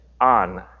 on